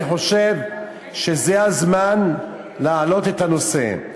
אני חושב שזה הזמן להעלות את הנושא.